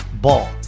Ball